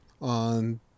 On